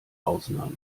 ausnahme